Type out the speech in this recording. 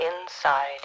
inside